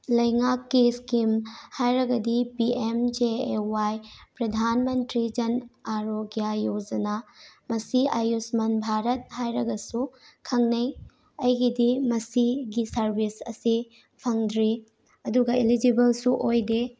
ꯂꯩꯉꯥꯛꯀꯤ ꯁ꯭ꯀꯤꯝ ꯍꯥꯏꯔꯒꯗꯤ P M J A Y Pradhan Mantri Jan Arogya Yojana ꯃꯁꯤ ꯑꯌꯨꯁꯃꯟ ꯚꯥꯔꯠ ꯍꯥꯏꯔꯒꯁꯨ ꯈꯪꯅꯩ ꯑꯩꯒꯤꯗꯤ ꯃꯁꯤꯒꯤ ꯁꯔꯚꯤꯁ ꯑꯁꯤ ꯐꯪꯗ꯭ꯔꯤ ꯑꯗꯨꯒ ꯏꯂꯤꯖꯤꯕꯜꯁꯨ ꯑꯣꯏꯗꯦ